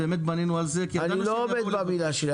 באמת בנינו על זה --- אני לא עומד במילה שלי,